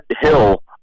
Hill